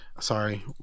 Sorry